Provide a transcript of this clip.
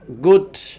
good